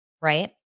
right